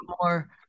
more